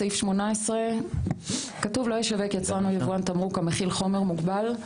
בסעיף 18 כתוב: לא ישווק יצרן או יבואן תמרוק המכיל חומר מוגבל.